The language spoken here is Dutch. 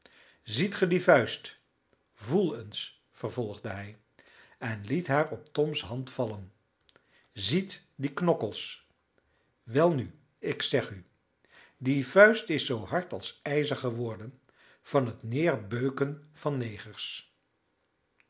ziet ge die vuist voel eens vervolgde hij en liet haar op toms hand vallen ziet die knokkels welnu ik zeg u die vuist is zoo hard als ijzer geworden van het neerbeuken van negers